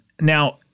Now